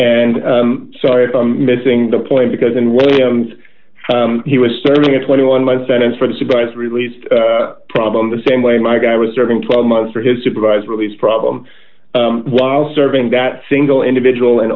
and sorry if i'm missing the point because in williams he was serving a twenty one month sentence for the surprise released problem the same way my guy was serving twelve months for his supervised release problem while serving that single individual and